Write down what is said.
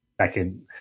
second